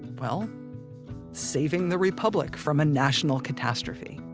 well saving the republic from a national catastrophe,